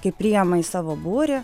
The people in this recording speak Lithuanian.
kai priima į savo būrį